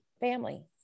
family